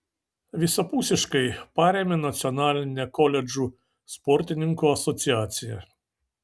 visapusiškai parėmė nacionalinė koledžų sportininkų asociacija